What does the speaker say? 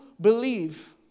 believe